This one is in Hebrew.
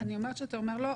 אני אומרת שאתה אומר לא,